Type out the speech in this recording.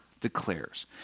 declares